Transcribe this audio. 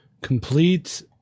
Complete